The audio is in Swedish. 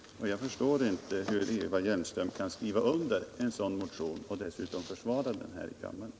Jag förstår inte hur Eva Hjelmström kan skriva under en sådan motion och dessutom försvara den här i kammaren.